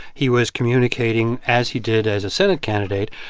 he was communicating, as he did as a senate candidate,